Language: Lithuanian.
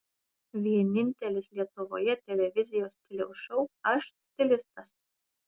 vienintelis lietuvoje televizijos stiliaus šou aš stilistas